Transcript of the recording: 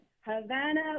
Havana